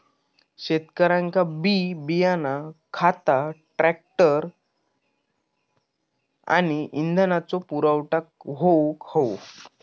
शेतकऱ्यांका बी बियाणा खता ट्रॅक्टर आणि इंधनाचो पुरवठा होऊक हवो